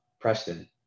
Preston